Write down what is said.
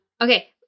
Okay